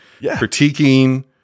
critiquing